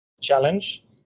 challenge